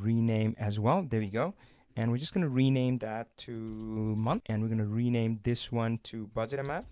rename as well there we go and we're just gonna rename that to month and we're gonna rename this one to budget um them